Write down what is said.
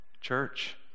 Church